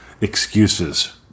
Excuses